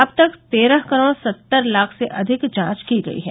अब तक तेरह करोड़ सत्तर लाख से अधिक जांच की गई हैं